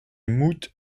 mout